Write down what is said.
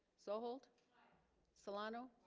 so hold solano